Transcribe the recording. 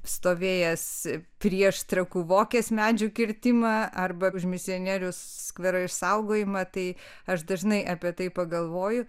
stovėjęs prieš trakų vokės medžių kirtimą arba už misionieriaus skvero išsaugojimą tai aš dažnai apie tai pagalvoju